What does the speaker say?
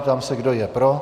Ptám se, kdo je pro.